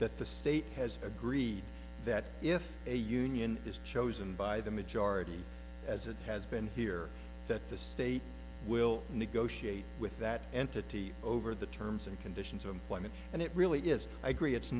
that the state has agreed that if a union is chosen by the majority as it has been here that the state will negotiate with that entity over the terms and conditions of employment and it really is i agree it's